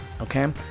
Okay